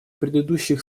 предыдущих